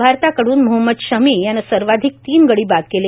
भारताकडुन मोहम्मद शमी याने सर्वाधिक तीन गडी बाद केले